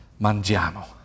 Mangiamo